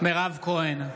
מירב כהן,